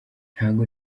ntago